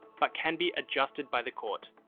but can be adjusted by the court.